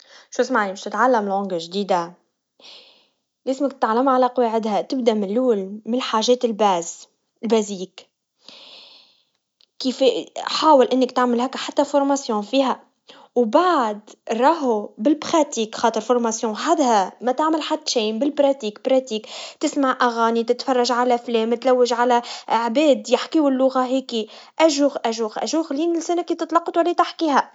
شو اسمعني, باش تتعلم لغا جديدا, لازمك تتعلما عالقواعد هاي, تبدا من لول, من الحاجات الباز- البازيك, كيفا حاول انك تعمل هكا حتى دورا تدريبيا, وبعد الراهو بالبخاتي, تخاطر الدورا التدريبيا, متعممل حد شين بالممارسات, تسمع أغاني, تتفرج على افلام, تلوج على عباد يحكيوا اللغة هاكي, أسرع أسرع لتحكيها.